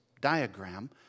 diagram